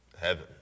heaven